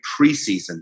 preseason